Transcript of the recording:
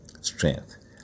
strength